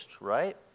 right